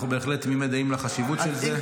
בהחלט מודעים לחשיבות של זה.